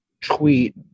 tweet